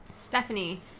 Stephanie